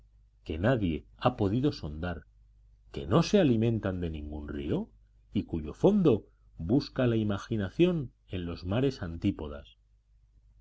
que nadie ha podido sondear que no se alimentan de ningún río y cuyo fondo busca la imaginación en los mares antípodas